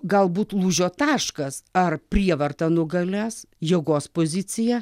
galbūt lūžio taškas ar prievarta nugalės jėgos pozicija